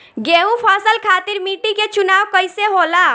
गेंहू फसल खातिर मिट्टी के चुनाव कईसे होला?